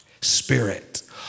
spirit